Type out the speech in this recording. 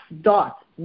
dot